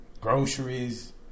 groceries